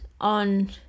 on